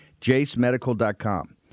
JaceMedical.com